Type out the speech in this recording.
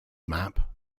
map